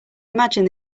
imagine